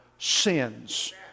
sins